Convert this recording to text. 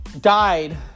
died